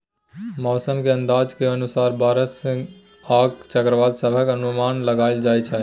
मौसम के अंदाज के अनुसार बरसा आ चक्रवात सभक अनुमान लगाइल जाइ छै